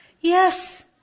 Yes